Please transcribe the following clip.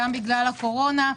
גם בגלל הקורונה.